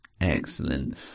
excellent